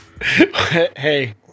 Hey